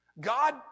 God